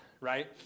right